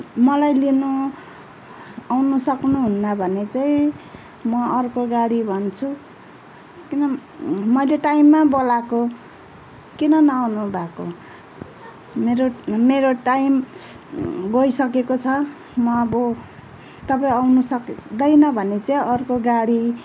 मलाई लिनु आउनु सक्नुहुन्न भने चाहिँ म अर्को गाडी भन्छु किन मैले टाइममा बोलाएको किन नआउनुभएको मेरो मेरो टाइम गइसकेको छ म अब तपाईँ आउन सक्दैन भने चाहिँ अर्को गाडी